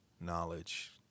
knowledge